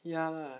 ya lah